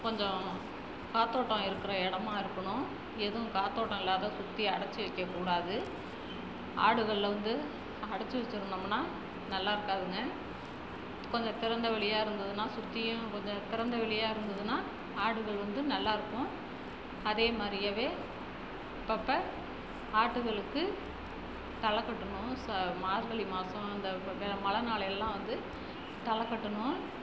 கொஞ்சம் காற்றோட்டம் இருக்கிற இடமா இருக்கணும் எதுவும் காற்றோட்டம் இல்லாத குட்டியை அடைச்சி வைக்கக்கூடாது ஆடுகளை வந்து அடைச்சி வச்சிருந்தோம்னால் நல்லா இருக்காதுங்க கொஞ்சம் திறந்தவெளியாக இருந்ததுன்னால் சுற்றியும் கொஞ்சம் திறந்தவெளியாக இருந்ததுன்னால் ஆடுகள் வந்து நல்லாருக்கும் அதேமாதிரியாவே அப்பப்போ ஆடுகளுக்கு தலைக் கட்டணும் ச மார்கழி மாதம் இந்த மழை நாளையெல்லாம் வந்து தலைக் கட்டணும்